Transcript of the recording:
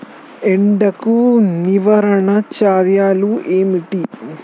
ఎండకు నివారణ చర్యలు ఏమిటి?